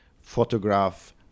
photograph